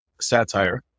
satire